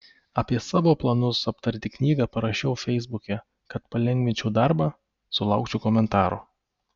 apie savo planus aptarti knygą parašiau feisbuke kad palengvinčiau darbą sulaukčiau komentarų